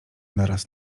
naraz